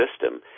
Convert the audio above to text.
system